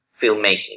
filmmaking